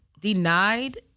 denied